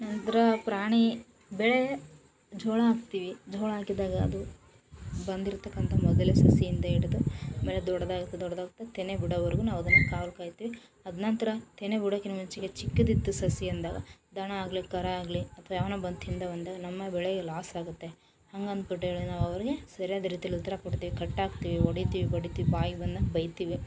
ನಂತರ ಪ್ರಾಣಿ ಬೆಳೆಗೆ ಜೋಳ ಹಾಕ್ತೀವಿ ಜೋಳ ಹಾಕಿದಾಗ ಅದು ಬಂದಿರತಕ್ಕಂಥ ಮೊದಲ ಸಸಿ ಇಂದ ಹಿಡ್ದು ಬೆಳೆ ದೊಡ್ಡದಾಗ್ತಾ ದೊಡ್ಡದಾಗ್ತಾ ತೆನೆ ಬಿಡೋವರೆಗೂ ನಾವು ಅದನ್ನು ಕಾವಲು ಕಾಯ್ತೀವಿ ಅದು ನಂತರ ತೆನೆ ಬಿಡೋಕ್ಕಿಂತ ಮುಂಚೆಗೆ ಚಿಕ್ಕದಿತ್ತು ಸಸಿ ಅಂದಾಗ ದನ ಆಗಲಿ ಕರು ಆಗಲಿ ಅಥ್ವಾ ಯಾವನ ಬಂದು ತಿಂದವು ಅಂದರೆ ನಮ್ಮ ಬೆಳೆ ಲಾಸ್ ಆಗುತ್ತೆ ಹಂಗಂದು ಬಿಟ್ಟೇಳಿ ನಾವು ಅವ್ರಿಗೆ ಸರಿಯಾದ ರೀತಿಲಿ ಉತ್ತರ ಕೊಡ್ತೀವಿ ಕಟ್ಟಾಕ್ತೀವಿ ಹೊಡಿತೀವಿ ಬಡಿತೀವಿ ಬಾಯಿ ಬಂದಂಗೆ ಬೈತೀವಿ